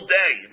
day